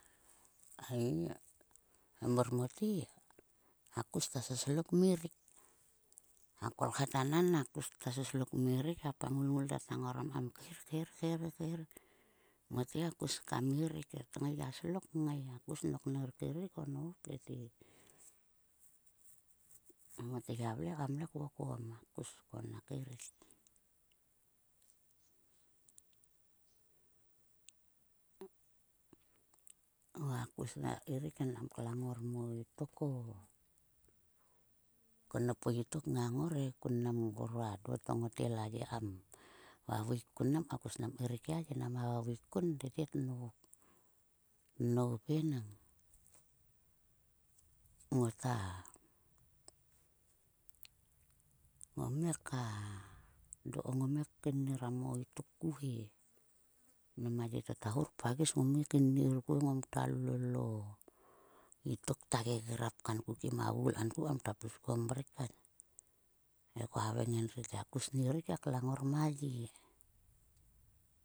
Ei mor mote a kus ta soslok kmerik he ko a mulmul ta tngorom kam khir khir khir mote kus ta slok kngai nok ner kaerik o nop. Ngot gia vle kam vokom a kus te nak kaerik. Va a kus nak kaerik kam klang ngor mo itok o. Ko nop o itok ngangor e kun nam gora do to ngot el a ye kam vaveik kun mnam e koa kus nam keirik he a ye nama vaveik. Tete tnop. Tnop he nang ngota ngome ka do ko. Ngome keiniram o utok ku he. Mnam a ye to ta hur pagis. Ngome keini ku he ngom kta lol o utok kta gegrap kanku kim a vul kanku kam kta pis kuon mrek kat. He kua haveng endri te a kus nirik he klang ngor ma ye.